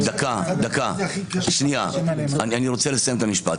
אני רוצה לסיים את המשפט.